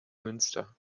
münster